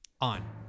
on